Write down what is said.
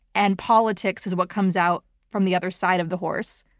and politics is what comes out from the other side of the horse.